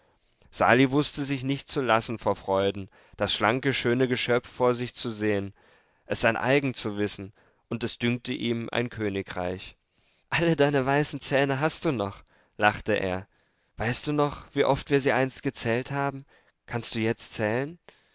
sali wußte sich nicht zu lassen vor freuden das schlanke schöne geschöpf vor sich zu sehen es sein eigen zu wissen und es dünkte ihm ein königreich alle deine weißen zähne hast du noch lachte er weißt du noch wie oft wir sie einst gezählt haben kannst du jetzt zählen